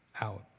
out